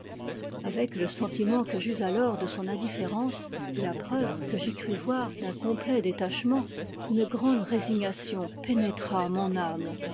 avec le sentiment que j'eus alors de son indifférence et la preuve que j'y crus voir d'un complet détachement une grande résignation pénétra mon âme